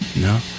No